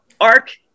arc